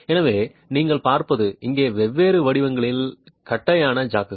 எனவே நீங்கள் பார்ப்பது இங்கே வெவ்வேறு வடிவங்களின் தட்டையான ஜாக்குகள்